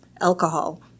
alcohol